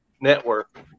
network